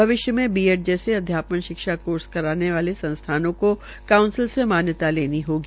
भविष्य में B Ed जैसे अध्यापन शिक्षा कोर्स करवाने वाले संस्थानों को काउंसिल से मान्यता लेनी होगी